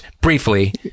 briefly